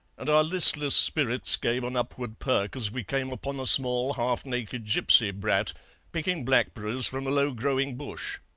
and our listless spirits gave an upward perk as we came upon a small half-naked gipsy brat picking blackberries from a low-growing bush.